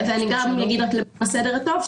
אגיד רק למען הסדר הטוב,